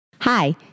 Hi